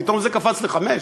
פתאום זה קפץ לחמש,